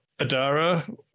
Adara